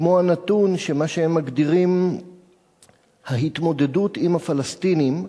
כמו הנתון שמה שהם מגדירים "ההתמודדות עם הפלסטינים"